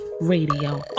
Radio